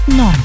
no